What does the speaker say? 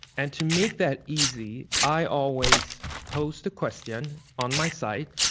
and to make that easy, i always post a question on my site,